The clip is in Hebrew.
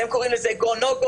אתם קוראים לזה go-no-go,